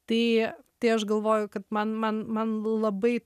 tai tai aš galvoju kad man man man labai